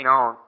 on